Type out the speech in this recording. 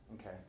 Okay